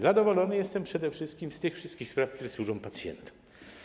Zadowolony jestem przede wszystkim z tych wszystkich spraw, które służą pacjentom.